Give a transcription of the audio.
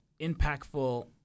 impactful